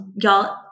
y'all